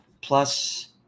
Plus